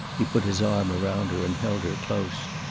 he put his arm around her and held her close.